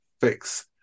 fix